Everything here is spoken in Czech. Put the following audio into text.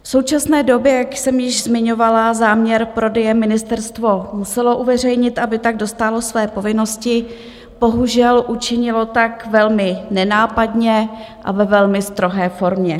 V současné době, jak jsem již zmiňovala, záměr prodeje ministerstvo muselo uveřejnit, aby tak dostálo své povinnosti, bohužel učinilo tak velmi nenápadně a ve velmi strohé formě.